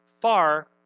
far